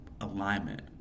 alignment